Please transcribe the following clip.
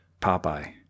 Popeye